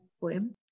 poem